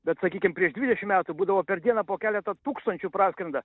bet sakykim prieš dvidešimt metų būdavo per dieną po keletą tūkstančių praskrenda